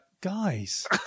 guys